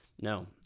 No